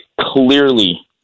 clearly